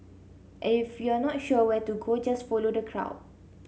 if you're not sure where to go just follow the crowd